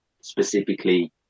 specifically